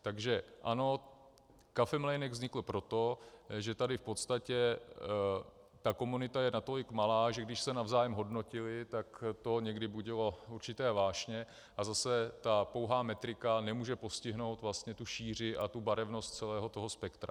Takže ano, kafemlejnek vznikl proto, že tady v podstatě ta komunita je tady natolik malá, že když se navzájem hodnotili, tak to někdy budilo určité vášně, a zase ta pouhá metrika nemůže postihnout vlastně tu šíři a barevnost celého spektra.